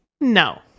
no